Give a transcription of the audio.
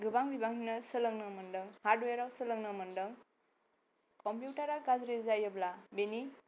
गोबां बिबांनिनो सोलोंनो मोनदों हार्डवेराव सोलोंनो मोनदों कम्पिउटारा गाज्रि जायोब्ला बेनि